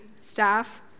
staff